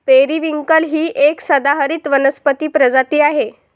periwinkle ही एक सदाहरित वनस्पती प्रजाती आहे